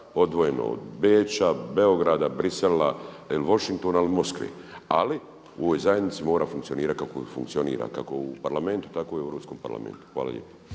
odvojen od Beča, Beograda, Bruxella ili Washingtona ili Moskve. Ali u ovoj zajednici mora funkcionirati kako funkcionira, kako u Parlamentu tako i u Europskom parlamentu. Hvala lijepa.